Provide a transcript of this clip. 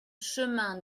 chemin